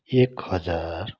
एक हजार